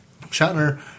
Shatner